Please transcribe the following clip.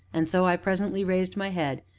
and so i presently raised my head,